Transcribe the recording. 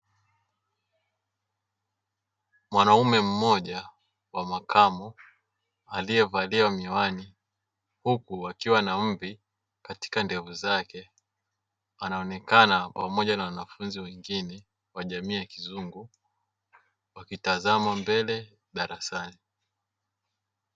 Mwanaume mmoja wa makamo aliyevalia miwani huku akiwa na mvi katika ndevu zake, anaonekana na wanafunzi wengine wa jamii ya kizungu wakitazama mbele darasani.